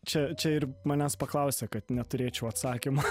čia čia ir manęs paklausia kad neturėčiau atsakymo